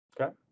Okay